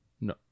no